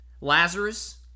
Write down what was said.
Lazarus